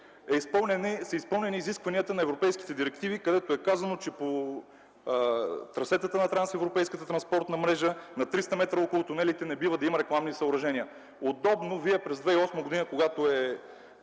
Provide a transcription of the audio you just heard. са изпълнени изискванията на европейските директиви, където е казано, че по трасетата на трансевропейската транспортна мрежа на 300 м около тунелите не бива да има рекламни съоръжения.